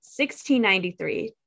1693